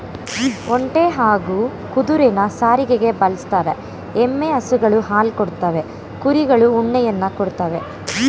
ಒಂಟೆ ಹಾಗೂ ಕುದುರೆನ ಸಾರಿಗೆಗೆ ಬಳುಸ್ತರೆ, ಎಮ್ಮೆ ಹಸುಗಳು ಹಾಲ್ ಕೊಡ್ತವೆ ಕುರಿಗಳು ಉಣ್ಣೆಯನ್ನ ಕೊಡ್ತವೇ